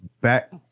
back